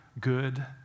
good